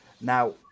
Now